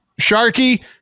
Sharky